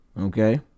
Okay